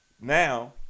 Now